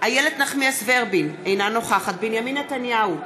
איילת נחמיאס ורבין, אינה נוכחת בנימין נתניהו,